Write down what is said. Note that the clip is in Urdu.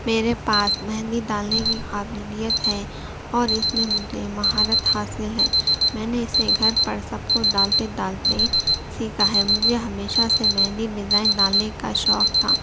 میرے پاس مہندی ڈالنے کی قابلیت ہے اور اس میں مجھے مہارت حاصل ہے میں نے اسے گھر پر سب کو ڈالتے ڈالتے سیکھا ہے مجھے ہمیشہ سے مہندی ڈیزائن ڈالنے کا شوق تھا